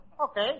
Okay